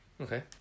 Okay